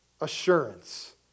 assurance